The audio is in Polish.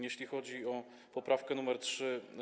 Jeśli chodzi o poprawkę nr 3,